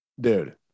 Dude